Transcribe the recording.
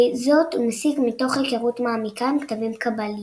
וזאת הוא מסיק מתוך היכרות מעמיקה עם כתבים קבליים.